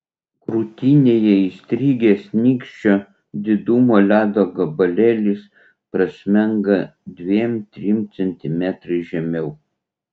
krūtinėje įstrigęs nykščio didumo ledo gabalėlis prasmenga dviem trim centimetrais žemiau